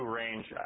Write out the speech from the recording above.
range